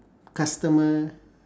customer